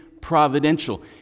providential